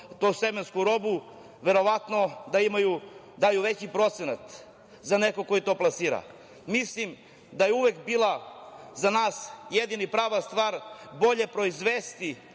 tu semensku robu verovatno da daju veći procenat za nekog ko to plasira. Mislim da je uvek bila za nas jedina i prava stvar bolje proizvesti